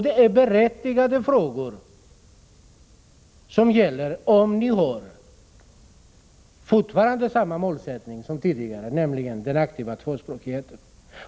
Det är berättigat att fråga om ni fortfarande har samma målsättning som ni hade tidigare — nämligen den aktiva tvåspråkigheten.